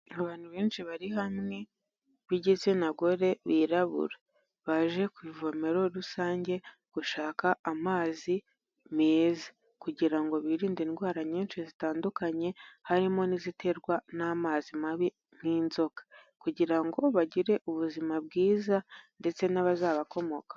Abantu benshi bari hamwe b'igitsina gore birabura. Baje ku ivomero rusange gushaka amazi meza kugira ngo birinde indwara nyinshi zitandukanye harimo n'iziterwa n'amazi mabi nk'inzoka. Kugira ngo bagire ubuzima bwiza ndetse n'abazabakomokaho.